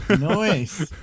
Nice